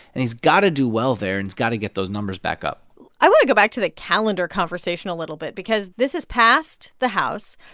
and he's got to do well there, and he's got to get those numbers back up i want to go back to the calendar conversation a little bit because this is passed the house,